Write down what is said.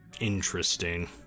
Interesting